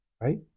right